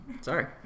sorry